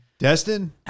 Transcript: Destin